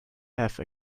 have